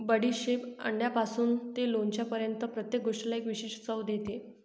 बडीशेप अंड्यापासून ते लोणच्यापर्यंत प्रत्येक गोष्टीला एक विशिष्ट चव देते